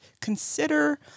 consider